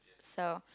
so